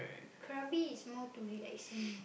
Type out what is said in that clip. Krabi is more to relaxing